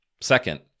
Second